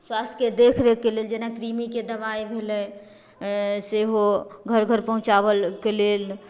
स्वास्थ्यके देखरेखके लेल जेनाकि कृमि दवाइ भेलै सेहो घर घर पहुँचाबैके लेल